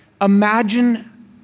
Imagine